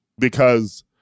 because-